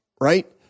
Right